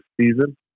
season